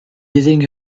using